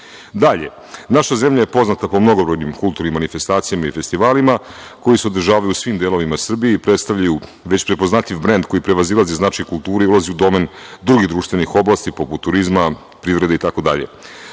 naša zemlja je poznata po mnogobrojnim kulturnim manifestacijama i festivalima koji se održavaju u svim delovima Srbije i predstavljaju već prepoznatljiv brend koji prevazilazi značaj kulture i ulazi u domen drugih društvenih oblasti, poput turizma, privrede itd. Zbog